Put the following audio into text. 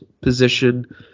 position